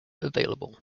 available